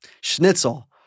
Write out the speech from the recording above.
schnitzel